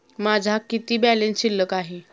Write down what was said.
माझा किती बॅलन्स शिल्लक आहे?